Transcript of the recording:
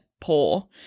poor